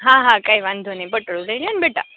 હા હા કાંઇ વાંધો નઇ પટોળું લઈ લેને બેટા